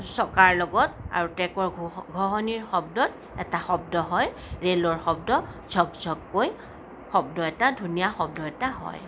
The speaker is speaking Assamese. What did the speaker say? চকাৰ লগত আৰু ট্ৰেকৰ ঘ ঘহঁনিৰ শব্দত এটা শব্দ হয় ৰেলৰ শব্দ ঝক ঝককৈ শব্দ এটা ধুনীয়া শব্দ এটা হয়